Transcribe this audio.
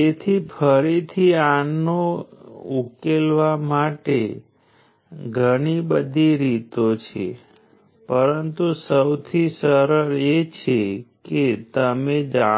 તેથી જે વસ્તુ ફક્ત એનર્જીને શોષી શકે છે પરંતુ ક્યારેય નેટ એનર્જી ડીલીવર કરી શકતું નથી તે એનર્જી સોર્સ તરીકે કાર્ય કરી શકતું નથી